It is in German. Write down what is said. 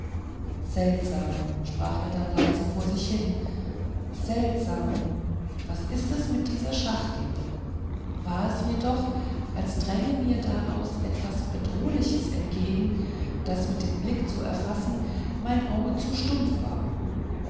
seltsam sprach er dann leise vor sich hin seltsam was ist es mit dieser schachtel war es mir doch als spränge mir daraus etwas bedrohliches entgegen das mit dem blick zu erfassen mein auge zu stumpf war